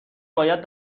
باید